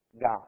God